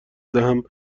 دهم